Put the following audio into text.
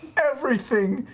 everything.